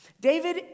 David